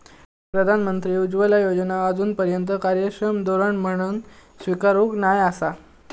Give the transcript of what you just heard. प्रधानमंत्री उज्ज्वला योजना आजूनपर्यात कार्यक्षम धोरण म्हणान स्वीकारूक नाय आसा